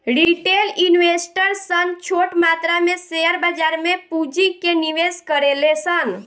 retail investor सन छोट मात्रा में शेयर बाजार में पूंजी के निवेश करेले सन